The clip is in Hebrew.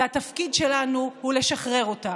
והתפקיד שלנו הוא לשחרר אותה.